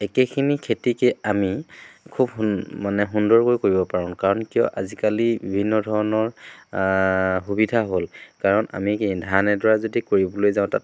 একেখিনি খেতিকে আমি খুব মানে সুন্দৰকৈ কৰিব পাৰোঁ কাৰণ কিয় আজিকালি বিভিন্ন ধৰণৰ সুবিধা হ'ল কাৰণ আমি কি ধান এডৰা যদি কৰিবলৈ যাওঁ তাত